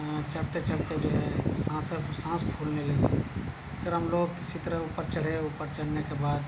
چڑھتے چڑھتے جو ہے سانس سانس پھولنے لگے پھر ہم لوگ کسی طرح اوپر چڑھے اوپر چڑھنے کے بعد